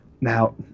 Now